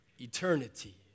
eternity